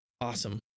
Awesome